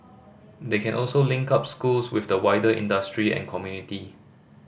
they can also link up schools with the wider industry and community